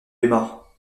aimas